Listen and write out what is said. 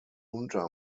junta